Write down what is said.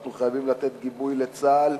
אנחנו חייבים לתת גיבוי לצה"ל,